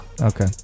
Okay